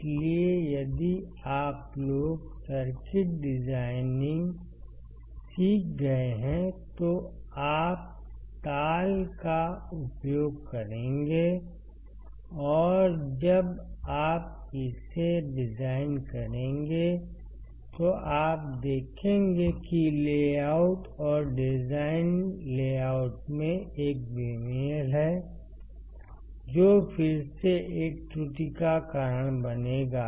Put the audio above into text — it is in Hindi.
इसलिए यदि आप लोग सर्किट डिजाइनिंग सीख गए हैं तो आप ताल का उपयोग करेंगे और जब आप इसे डिज़ाइन करेंगे तो आप देखेंगे कि लेआउट और डिज़ाइन लेआउट में एक बेमेल है जो फिर से एक त्रुटि का कारण बनेगा